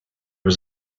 was